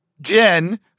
Jen